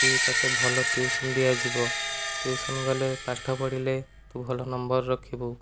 କି ତତେ ଭଲ ଟ୍ୟୁସନ ଦିଆଯିବ ଟ୍ୟୁସନ ଗଲେ ପାଠ ପଢ଼ିଲେ ତୁ ଭଲ ନମ୍ବର ରଖିବୁ